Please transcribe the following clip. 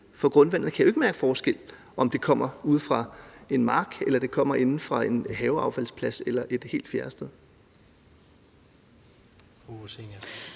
For grundvandet kan jo ikke mærke forskel på, om det kommer ude fra en mark eller inde fra en haveaffaldsplads eller et helt andet sted.